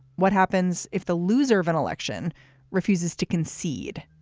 what happens if the loser of an election refuses to concede?